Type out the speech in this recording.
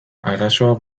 arazoak